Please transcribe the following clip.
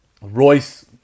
Royce